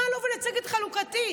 מה לו ולצדק חלוקתי?